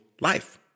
life